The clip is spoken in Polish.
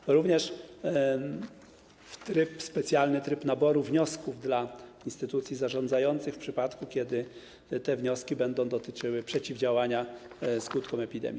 Jest również specjalny tryb naboru wniosków dla instytucji zarządzających, w przypadku kiedy te wnioski będą dotyczyły przeciwdziałania skutkom epidemii.